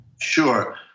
Sure